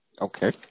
Okay